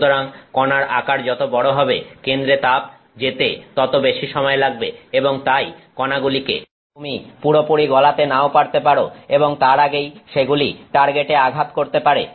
সুতরাং কণার আকার যত বড় হবে কেন্দ্রে তাপ যেতে তত বেশি সময় লাগবে এবং তাই কণাগুলিকে তুমি পুরোপুরি গলাতে নাও পারতে পারো এবং তার আগেই সেগুলি টার্গেটে আঘাত করতে পারে